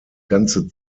ganze